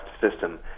system